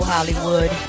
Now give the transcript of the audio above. Hollywood